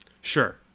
sure